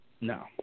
No